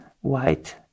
white